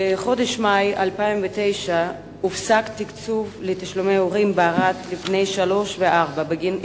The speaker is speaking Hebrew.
בחודש מאי 2009 הופסק תקצוב תשלומי הורים בערד בגין השתתפות